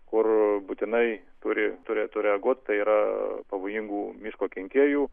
kur būtinai turi turėtų reaguoti tai yra pavojingų miško kenkėjų